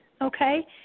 Okay